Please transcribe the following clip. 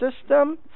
system